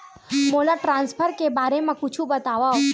मोला ट्रान्सफर के बारे मा कुछु बतावव?